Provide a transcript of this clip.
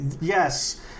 yes